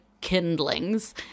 kindlings